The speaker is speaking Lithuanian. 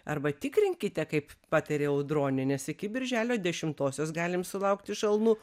arba tikrinkite kaip pataria audronė nes iki birželio dešimtosios galim sulaukti šalnų